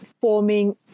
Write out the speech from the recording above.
forming